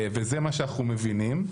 זה מה שאנחנו מבינים.